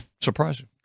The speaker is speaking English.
surprising